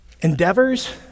endeavors